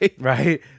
Right